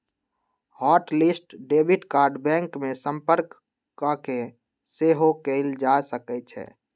hot list debit card bank में संपर्क कऽके सेहो कएल जा सकइ छै